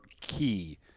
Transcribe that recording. key